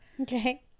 Okay